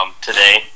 today